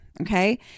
Okay